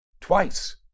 twice